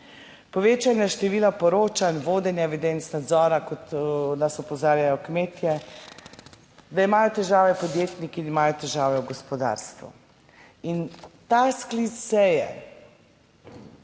Povečanje števila poročanj, vodenje evidenc, nadzora, kot nas opozarjajo kmetje, da imajo težave podjetniki in imajo težave v gospodarstvu. In ta sklic seje